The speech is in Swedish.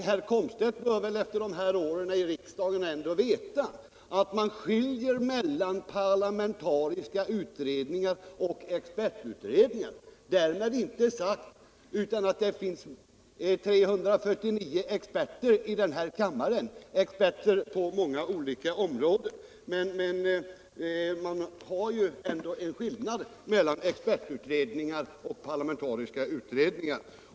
Herr Komstedt bör väl efter de här åren i riksdagen veta att man skiljer mellan parlamentariska utredningar och expertutredningar. Därmed inte sagt annat än att det finns 349 experter i den här kammaren — experter på många olika områden. Men man gör ändå skillnad mellan expertutredningar och parlamentariska utredningar.